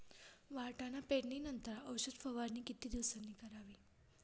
वाटाणा पेरणी नंतर औषध फवारणी किती दिवसांनी करावी?